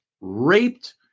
raped